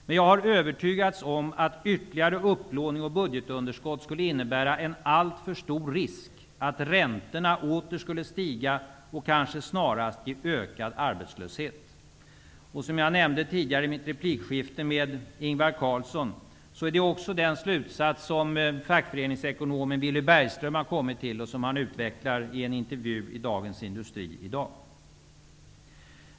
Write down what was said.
Men jag har övertygats om att ytterligare upplåning och budgetunderskott skulle innebära en alltför stor risk för att räntorna åter stiger och kanske snarast ger en ökad arbetslöshet. Som jag nämnde tidigare i replikskiftet med Ingvar Carlsson är det här den slutsats som fackföreningsekonomen Villy Bergström har dragit och som han i dag utvecklar i Dagens Industri.